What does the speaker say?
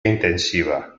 intensiva